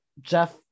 Jeff